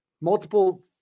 multiple